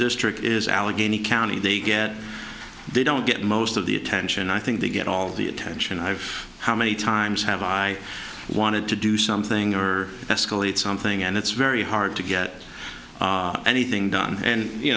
district is allegheny county they get they don't get most of the attention i think they get all the attention i've how many times have i wanted to do something or escalate something and it's very hard to get anything done and you